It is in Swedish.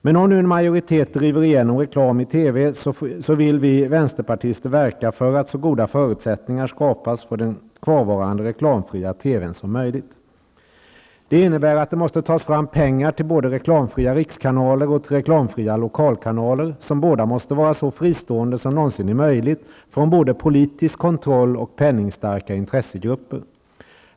Men om nu en majoritet driver igenom reklam i TV så vill vi vänsterpartister verka för att så goda förutsättningar som möjligt skapas för den kvarvarande reklamfria TV-n. Det innebär att det måste tas fram pengar till både reklamfria rikskanaler och reklamfria lokalkanaler, som båda måste vara så fristående som någonsin är möjligt från politisk kontroll och penningstarka intressegrupper.